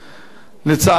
לצערי הרב,